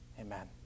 Amen